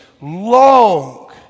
long